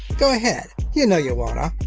go ahead, you know you wanna.